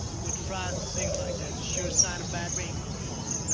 wood fries and sings like that, it's a sure sign a bad rain's gonna fall. oh,